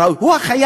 הרי הוא החייל,